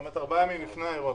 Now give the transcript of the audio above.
כלומר ארבעה ימים לפני האירוע,